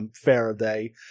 Faraday